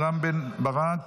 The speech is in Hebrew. רם בן ברק,